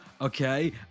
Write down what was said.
okay